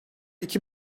iki